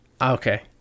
Okay